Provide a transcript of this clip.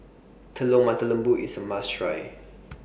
Telur Mata Lembu IS A must Try